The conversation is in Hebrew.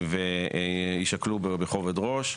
ויישקלו בכובד ראש.